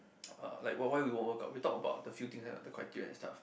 uh like why we woke up we talk about the few thing and the criteria stuff